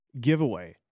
giveaway